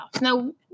Now